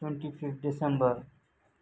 twenty fifth December